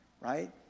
right